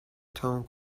تموم